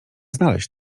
znaleźć